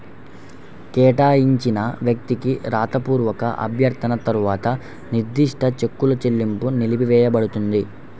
కేటాయించిన వ్యక్తికి రాతపూర్వక అభ్యర్థన తర్వాత నిర్దిష్ట చెక్కుల చెల్లింపు నిలిపివేయపడుతుంది